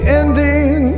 ending